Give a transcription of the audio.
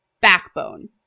backbone